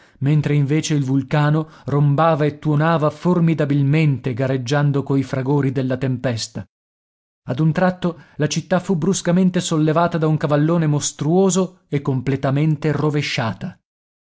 mentre invece il vulcano rombava e tuonava formidabilmente gareggiando coi fragori della tempesta ad un tratto la città fu bruscamente sollevata da un cavallone mostruoso e completamente rovesciata